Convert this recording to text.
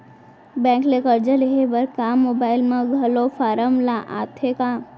Bank ले करजा लेहे बर का मोबाइल म घलो फार्म आथे का?